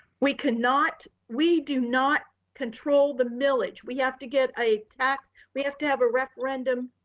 we can not, we do not control the millage. we have to get a tax. we have to have a referendum